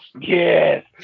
Yes